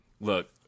Look